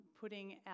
putting